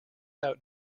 out